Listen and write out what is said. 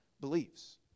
beliefs